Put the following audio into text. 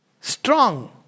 strong